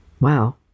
Wow